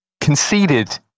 conceded